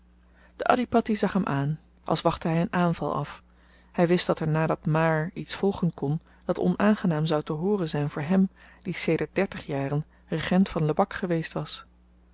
de adhipatti zag hem aan als wachtte hy een aanval af hy wist dat er na dat maar iets volgen kon dat onaangenaam zou te hooren zyn voor hem die sedert dertig jaren regent van lebak geweest was